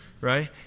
right